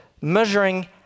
measuring